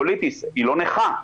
היא לא נכה.